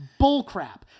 bullcrap